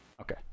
Okay